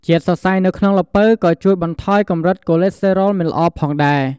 ជាតិសរសៃនៅក្នុងល្ពៅក៏ជួយបន្ថយកម្រិតកូឡេស្តេរ៉ុលមិនល្អផងដែរ។